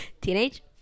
teenage